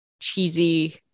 cheesy